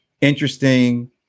interesting